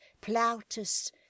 Plautus